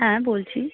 হ্যাঁ বলছি